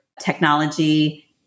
technology